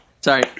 Sorry